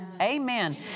Amen